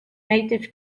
native